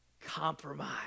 compromise